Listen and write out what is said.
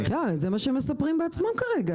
זה מה שהם מספרים בעצמם כרגע.